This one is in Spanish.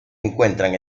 encuentran